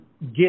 get